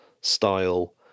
style